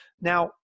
Now